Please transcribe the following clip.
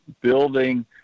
building